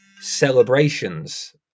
celebrations